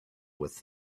with